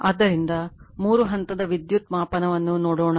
ಆದ್ದರಿಂದ ಮೂರು ಹಂತದ ವಿದ್ಯುತ್ ಮಾಪನವನ್ನು ನೋಡೋಣ